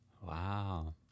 Wow